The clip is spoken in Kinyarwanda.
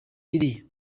iri